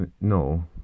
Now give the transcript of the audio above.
No